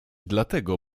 dlatego